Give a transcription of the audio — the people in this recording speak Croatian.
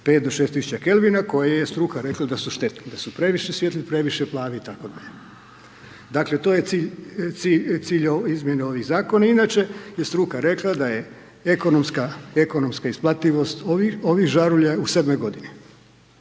5 do 6000 kelvina, koje je struka rekla da su štetni, da su previše svijetli, previše plavi, itd. Dakle, to je cilj izmjene ovih Zakona. Inače je struka rekla da je ekonomska isplativost ovih žarulja je u sedmoj